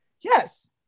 Yes